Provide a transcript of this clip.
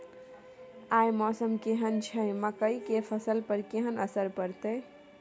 आय मौसम केहन छै मकई के फसल पर केहन असर परतै?